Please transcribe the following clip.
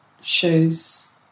shows